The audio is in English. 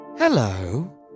Hello